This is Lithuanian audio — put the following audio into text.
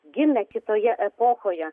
gimę kitoje epochoje